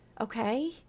Okay